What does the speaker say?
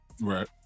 Right